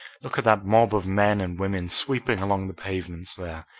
look at that mob of men and women sweeping along the pavements there,